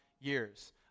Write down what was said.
years